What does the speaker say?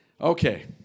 Okay